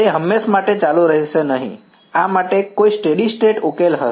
તે હંમેશ માટે ચાલુ રહેશે નહીં આ માટે કોઈ સ્ટેડી સ્ટેટ ઉકેલ હશે